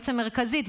בעצם מרכזית,